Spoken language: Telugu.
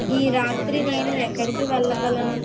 ఈ రాత్రి నేను ఎక్కడికి వెళ్ళగలను